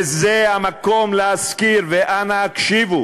וזה המקום להזכיר, ואנא הקשיבו